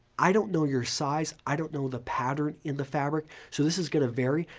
i don't know your size. i don't know the pattern in the fabric, so this is going to vary,